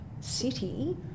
city